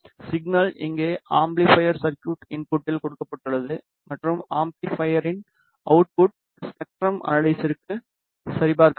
signal இங்கே amplifier circuit இன்புட்டில் கொடுக்கப்பட்டுள்ளது மற்றும் அம்பிளிபைர்யின் அவுட்புட் ஸ்பெக்ட்ரம் அனலைசருக்கு சரிபார்க்கப்படும்